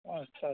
आस्सा